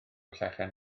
llechen